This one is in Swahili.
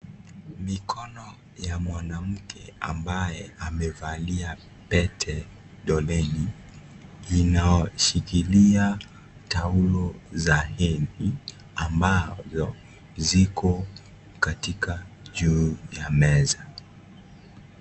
Mikono ya mwanamke ambaye amevalia pete doleni inashikilia taulo za hedhi ambayo ziko katika juu ya meza.